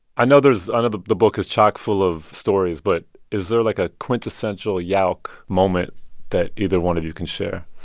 i know there's i know the the book is chock-full of stories. but is there like a quintessential yeah ah yauch moment that either one of you can share?